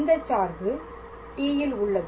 இந்தச் சார்பு t ல் உள்ளது